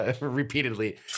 repeatedly